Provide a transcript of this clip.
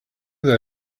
that